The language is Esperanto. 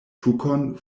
tukon